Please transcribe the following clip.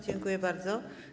Dziękuję bardzo.